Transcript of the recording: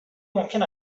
ممکن